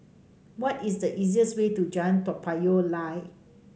what is the easiest way to Jalan Payoh Lai